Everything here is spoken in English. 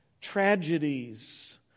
tragedies